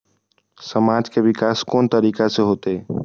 समाज के विकास कोन तरीका से होते?